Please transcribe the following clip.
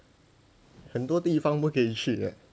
很多地方不可以去 eh